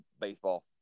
baseball